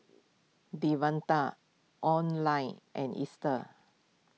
Devontae Oline and Easter